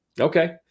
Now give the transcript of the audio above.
Okay